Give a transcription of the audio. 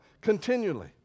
continually